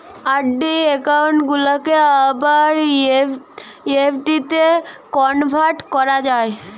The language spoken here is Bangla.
আর.ডি একউন্ট গুলাকে আবার এফ.ডিতে কনভার্ট করা যায়